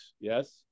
Yes